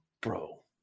bro